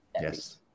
Yes